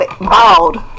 bald